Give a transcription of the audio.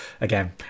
again